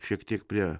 šiek tiek prie